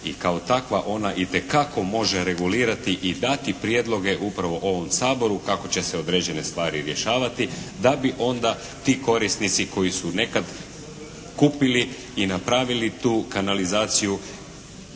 i kao takva ona itekako može regulirati i dati prijedloge upravo ovom Saboru kako će se određene stvari rješavati da bi onda ti korisnici koji su nekad kupili i napravili tu kanalizaciju